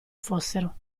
fossero